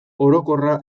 orokorra